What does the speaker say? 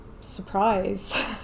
surprise